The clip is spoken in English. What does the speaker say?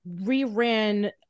re-ran